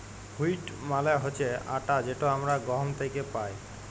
wheat মালে হছে আটা যেট আমরা গহম থ্যাকে পাই